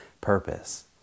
purpose